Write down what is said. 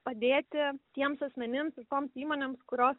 padėti tiems asmenims ir toms įmonėms kurios